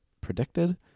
predicted